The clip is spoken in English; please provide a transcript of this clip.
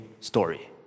story